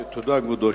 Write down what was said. תודה, כבודו.